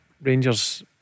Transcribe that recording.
Rangers